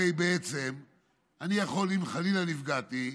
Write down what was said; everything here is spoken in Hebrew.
הרי בעצם אם חלילה נפגעתי,